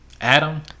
adam